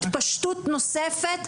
התפשטות נוספת,